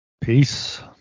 Peace